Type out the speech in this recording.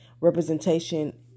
representation